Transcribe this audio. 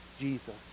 Jesus